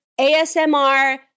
ASMR